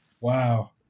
Wow